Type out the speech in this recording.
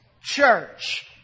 church